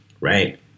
right